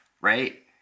Right